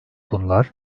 bunlar